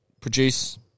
Produce